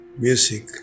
music